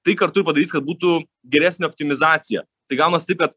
tai kartu ir padarys kad būtų geresnė optimizacija tai gaunas taip kad